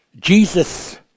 Jesus